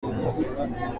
b’umwuga